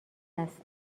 است